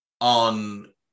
on